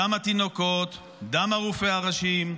דם התינוקות, דם ערופי הראשים.